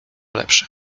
lepsze